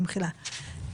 במחילה.